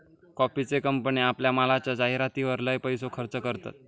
कॉफीचे कंपने आपल्या मालाच्या जाहीरातीर लय पैसो खर्च करतत